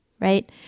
right